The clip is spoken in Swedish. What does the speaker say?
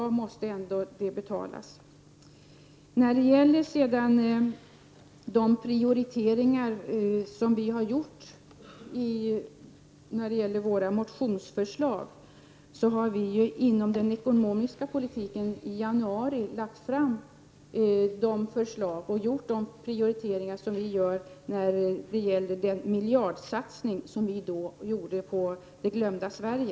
Den måste ändå betalas i dag. När det sedan gäller de prioriteringar som vi har gjort i våra motionsförslag har vi i januari lagt fram förslag om den ekonomiska politiken med den prioritering som vi då gjorde med en miljardsatsning på det glömda Sverige.